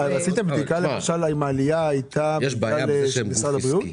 עשיתם בדיקה אם העלייה הייתה --- במשרד הבריאות?